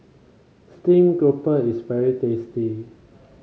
Steamed Grouper is very tasty